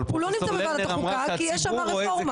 הוא לא נמצא בוועדת החוקה כי יש שמה רפורמה.